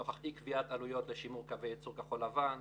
נוכח אי קביעת עלויות לשימור קווי ייצור כחול-לבן,